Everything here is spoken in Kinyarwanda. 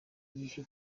gihe